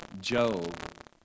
Job